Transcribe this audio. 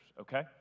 okay